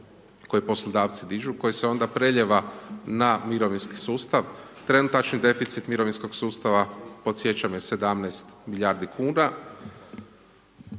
koje poslodavci dižu koji se onda prelijeva na mirovinski sustav. Trenutačni deficit mirovinskog sustava podsjećam je 17 milijardi kuna